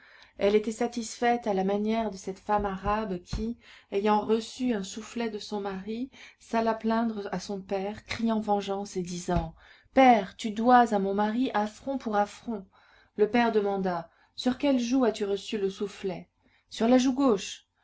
elle était satisfaite à la manière de cette femme arabe qui ayant reçu un soufflet de son mari s'alla plaindre à son père criant vengeance et disant père tu dois à mon mari affront pour affront le père demanda sur quelle joue as-tu reçu le soufflet sur la joue gauche